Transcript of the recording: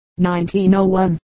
1901